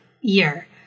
year